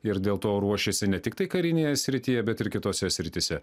ir dėl to ruošėsi ne tiktai karinėje srityje bet ir kitose srityse